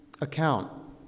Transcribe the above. account